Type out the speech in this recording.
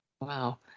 Wow